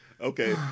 Okay